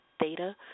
theta